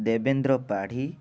Devendra Padhi